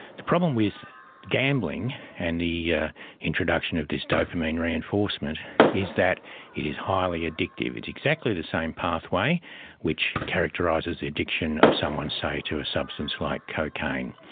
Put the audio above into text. the problem with gambling and the yeah introduction of this dopamine reinforcement is that it is highly addictive exactly the same pathway which characterises the addiction of someone, say, to a substance like cocaine.